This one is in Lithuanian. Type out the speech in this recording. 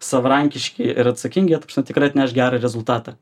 savarankiški ir atsakingi tikrai atneš gerą rezultatą